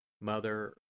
Mother